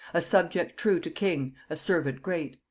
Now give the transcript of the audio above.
a subject true to king, a servant great,